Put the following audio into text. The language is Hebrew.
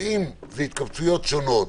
שאם אלה התקבצויות שונות,